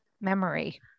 memory